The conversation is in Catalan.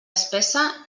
espessa